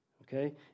Okay